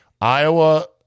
Iowa